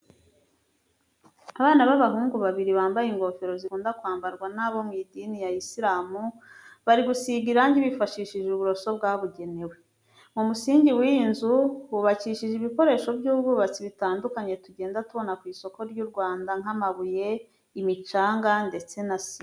Abana b'abahungu babiri bambaye ingofero zikunda kwambarwa n'abo mu idini ry'abasilamu, bari gusiga irangi bifashishije uburoso bwabugenewe. Mu musingi w'iyi nzu hubakishije ibikoresho by'ubwubatsi bitandukanye tugenda tubona ku isoko ry'u Rwanda nk'amabuye, imicanga ndetse na sima.